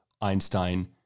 Einstein